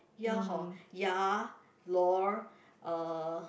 ya hor ya lor uh